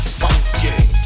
funky